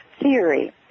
theory